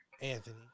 Anthony